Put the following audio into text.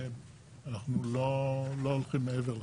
ואנחנו לא הולכים מעבר לכך.